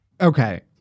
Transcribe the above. Okay